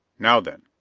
now then,